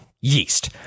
yeast